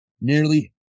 Nearly